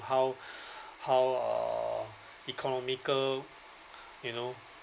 how how uh economical you know